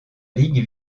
ligue